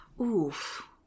Oof